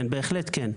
בהחלט כן.